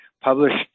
published